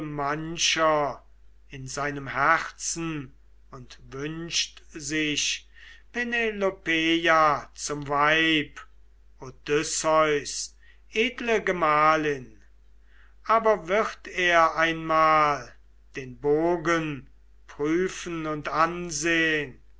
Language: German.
mancher in seinem herzen und wünscht sich penelopeia zum weib odysseus edle gemahlin aber wird er einmal den bogen prüfen und ansehn